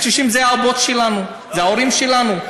הקשישים אלה האבות שלנו, אלה ההורים שלנו.